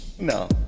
No